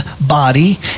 body